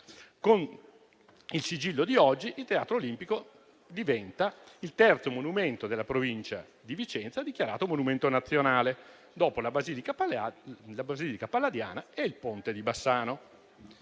Con il sigillo di oggi, il Teatro Olimpico diventa il terzo monumento della Provincia di Vicenza dichiarato monumento nazionale, dopo la Basilica Palladiana e il Ponte di Bassano.